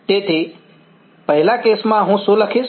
તો પહેલા કેસમાં હું શું લખીશ